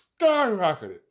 skyrocketed